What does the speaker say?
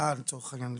שהטעה את